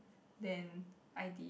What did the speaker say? than I did